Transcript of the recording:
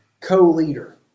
co-leader